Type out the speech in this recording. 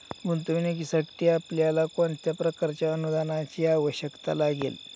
गुंतवणुकीसाठी आपल्याला कोणत्या प्रकारच्या अनुदानाची आवश्यकता लागेल?